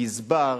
גזבר,